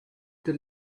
the